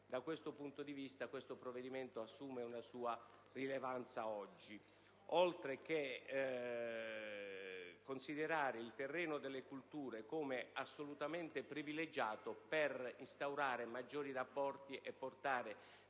da questo punto di vista, questo provvedimento assume oggi una sua rilevanza, oltre che per il considerare il terreno delle culture come assolutamente privilegiato per instaurare maggiori rapporti e portare